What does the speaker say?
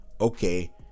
okay